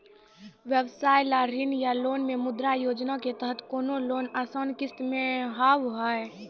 व्यवसाय ला ऋण या लोन मे मुद्रा योजना के तहत कोनो लोन आसान किस्त मे हाव हाय?